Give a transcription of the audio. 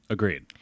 Agreed